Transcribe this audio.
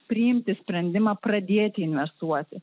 priimti sprendimą pradėti investuoti